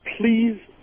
Please